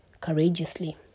courageously